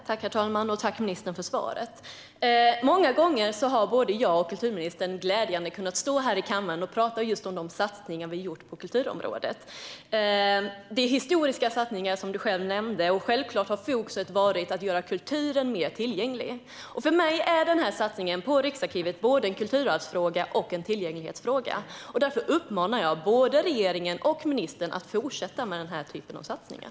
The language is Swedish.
Herr talman! Tack, ministern, för svaret! Många gånger har både jag och kulturministern glädjande nog kunnat stå här i kammaren och tala om de satsningar vi har gjort på kulturområdet. Det är historiskt stora satsningar, som ministern själv nämnde, och självklart har fokus varit på att göra kulturen mer tillgänglig. För mig är satsningen på Riksarkivet både en kulturarvsfråga och en tillgänglighetsfråga. Därför uppmanar jag både regeringen och ministern att fortsätta med denna typ av satsningar.